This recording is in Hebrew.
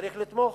צריך לתמוך.